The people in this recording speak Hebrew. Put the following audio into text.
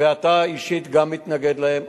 ואתה אישית גם מתנגד להם,